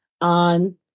on